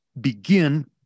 begin